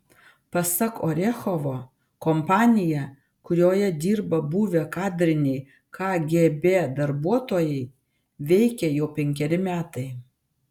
pasak orechovo kompanija kurioje dirba buvę kadriniai kgb darbuotojai veikia jau penkeri metai